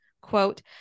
Quote